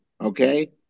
okay